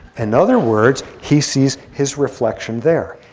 in other words, he sees his reflection there.